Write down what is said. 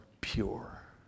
pure